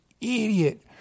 idiot